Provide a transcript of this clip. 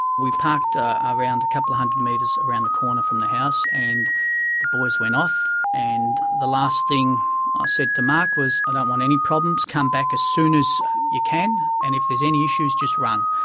we parked ah around a couple of hundred metres around the corner from the house and the boys went off, and the last thing i said to mark was, i don't want any problems come back as soon as you can, and if there's any issues, just run.